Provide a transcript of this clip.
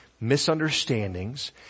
misunderstandings